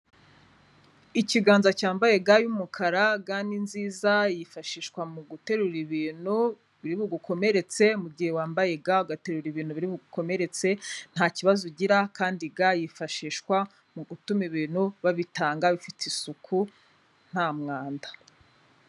Ikiganza cyambaye ga y'umukara, ga ni nziza, yifashishwa mu guterura ibintu biri bugukomeretse, mu gihe wambaye ga ugaterura ibintu biri bugukomeretse, ntabazo ugira kandi ga yifashishwa mu gutuma ibintu babitanga bifite isuku, nta mwanda.